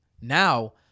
Now